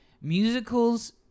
Musicals